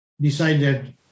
decided